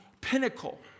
pinnacle